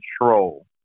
control